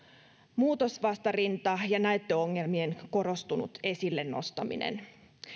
muutosvastarinta ja näyttöongelmien korostunut esille nostaminen